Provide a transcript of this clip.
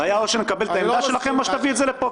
זה היה או שנקבל את העמדה שלכם או שתביא את זה לפה.